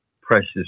precious